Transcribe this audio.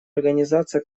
организация